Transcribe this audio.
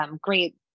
great